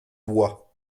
bois